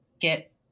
get